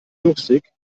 durstig